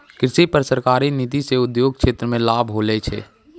कृषि पर सरकारी नीति से उद्योग क्षेत्र मे लाभ होलो छै